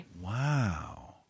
Wow